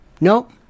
Nope